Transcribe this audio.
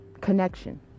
connection